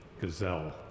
gazelle